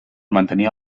mantenir